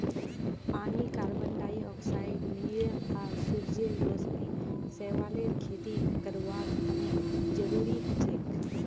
पानी carbon dioxide mineral आर सूरजेर रोशनी शैवालेर खेती करवार तने जरुरी हछेक